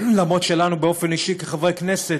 למרות שלנו באופן אישי כחברי כנסת